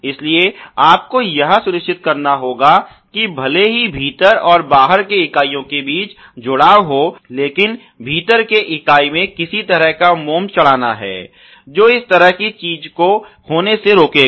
इसलिए आपको यह सुनिश्चित करना होगा कि भले ही भीतर और बाहर के इकाईयों के बीच जुड़ाव हो लेकिन भीतर के इकाई में किसी तरह का मोम चढ़ाना है जो इस तरह की चीज को होने से रोकेगा